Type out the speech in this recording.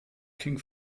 king